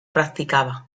practicaba